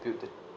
build it